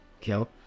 Kill